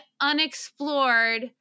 unexplored